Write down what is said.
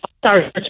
Sorry